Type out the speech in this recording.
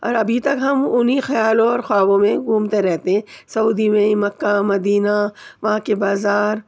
اور ابھی تک ہم انہیں خیالوں اور خوابوں میں گھومتے رہتے ہیں سعودی میں ہی مکہ مدینہ وہاں کے بازار